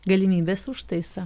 galimybės užtaisą